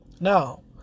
Now